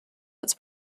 its